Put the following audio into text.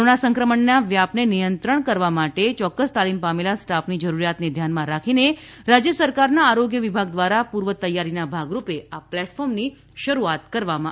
corona સંક્રમણનો વ્યાપને નિયંત્રણ કરવા માટે ચોક્કસ તાલીમ પામેલા સ્ટાફની જરૂરિયાતને ધ્યાનમાં રાખીને રાજ્ય સરકારના આરોગ્ય વિભાગ દ્વારા પૂર્વ તૈયારીના ભાગરૂપે આ પ્લેટફોર્મની શરૂઆત કરવામાં આવી છે